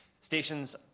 Stations